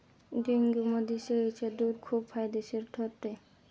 डेंग्यूमध्ये शेळीचे दूध खूप फायदेशीर ठरते